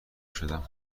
شدم